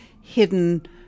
hidden